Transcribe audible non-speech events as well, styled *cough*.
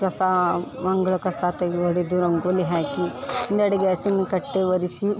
ಕಸ ಅಂಗ್ಳ ಕಸ ತೆಗ್ ಹೊಡೆದು ರಂಗೋಲಿ ಹಾಕಿ *unintelligible* ಗ್ಯಾಸಿನ ಕಟ್ಟೆ ಒರೆಸಿ